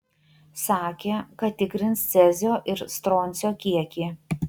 sakė kad tikrins cezio ir stroncio kiekį